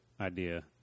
idea